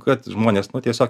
kad žmonės nu tiesiog